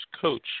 coach